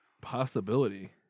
possibility